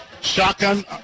Shotgun